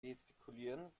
gestikulieren